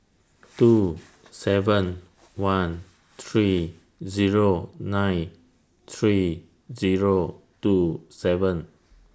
two seven one three Zero nine three Zero two seven